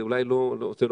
זה אולי לא אתה,